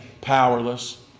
powerless